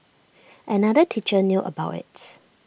another teacher knew about IT